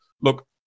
Look